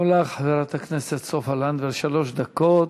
גם לך, חברת הכנסת סופה לנדבר, שלוש דקות.